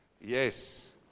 Yes